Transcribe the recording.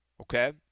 okay